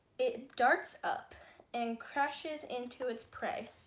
it darts up and crashes into its prey.